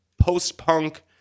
post-punk